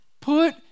Put